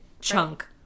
chunk